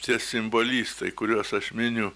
tie simbolistai kuriuos aš miniu